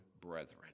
brethren